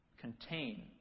contain